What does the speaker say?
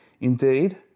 Indeed